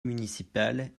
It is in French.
municipal